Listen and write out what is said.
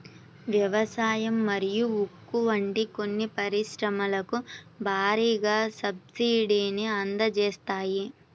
వ్యవసాయం మరియు ఉక్కు వంటి కొన్ని పరిశ్రమలకు భారీగా సబ్సిడీని అందజేస్తాయి